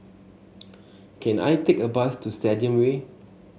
can I take a bus to Stadium Way